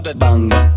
banga